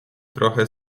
trochę